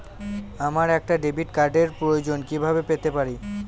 আমার একটা ডেবিট কার্ডের প্রয়োজন কিভাবে পেতে পারি?